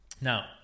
Now